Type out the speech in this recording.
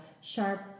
sharp